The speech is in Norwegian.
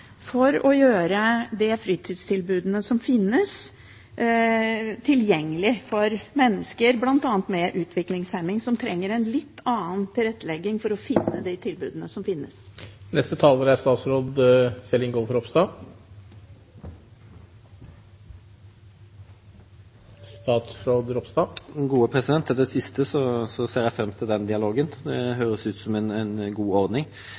for å gjøre de fritidstilbudene som finnes, tilgjengelige for bl.a. mennesker med utviklingshemning, som trenger en litt annen tilrettelegging for å benytte de tilbudene som finnes. Til det siste: Jeg ser fram til den dialogen. Det høres ut som en god ordning.